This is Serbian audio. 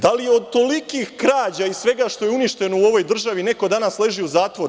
Da li je od tolikih krađa i svega što je uništeno u ovoj državni neko danas leži u zatvoru?